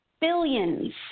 Billions